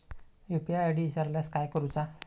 UPI ID इसरल्यास काय करुचा?